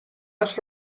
همش